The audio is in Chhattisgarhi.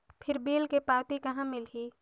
फिर बिल के पावती कहा मिलही?